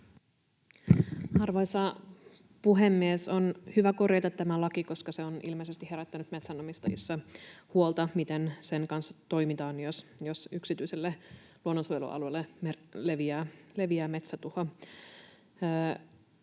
Arvoisa puhemies! On hyvä korjata tämä laki, koska se on ilmeisesti herättänyt metsänomistajissa huolta, miten sen kanssa toimitaan, jos yksityiselle luonnonsuojelualueelle leviää metsätuho.